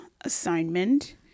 assignment